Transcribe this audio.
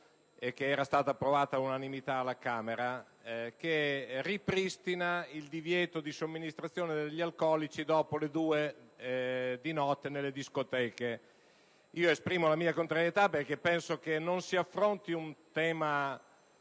che era stata approvata all'unanimità alla Camera, che ripristina il divieto di somministrazione degli alcolici dopo le due di notte nelle discoteche. Esprimo la mia contrarietà perché penso che non si affronti un tema